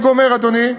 אני גומר, אדוני.